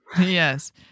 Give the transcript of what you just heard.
Yes